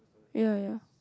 ya ya